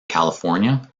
california